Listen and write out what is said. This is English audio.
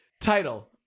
title